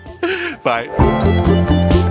bye